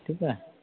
ठीक आहे